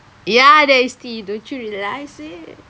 ya that is tea don't you realise it